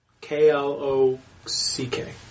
K-L-O-C-K